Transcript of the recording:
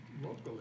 locally